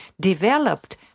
developed